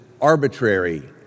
arbitrary